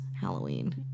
Halloween